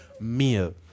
meal